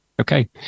okay